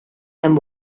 hemm